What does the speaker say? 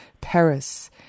Paris